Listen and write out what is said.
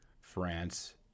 France